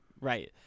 right